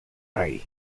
rey